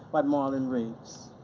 by marlon riggs.